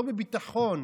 לא בביטחון.